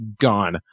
gone